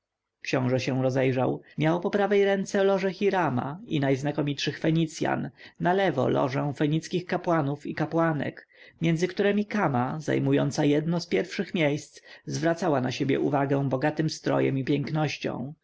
książę się rozejrzał miał po prawej ręce lożę hirama i najznakomitszych fenicjan na lewo lożę fenickich kapłanów i kapłanek między któremi kama zajmująca jedno z pierwszych miejsc zwracała na siebie uwagę bogatym strojem i pięknością